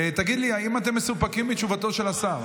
תגיד לי, האם אתם מסופקים מתשובתו של השר?